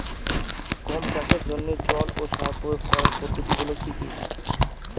গম চাষের জন্যে জল ও সার প্রয়োগ করার পদ্ধতি গুলো কি কী?